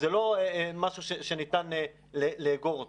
זה לא משהו שניתן לאגור אותו.